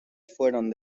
fueron